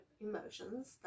emotions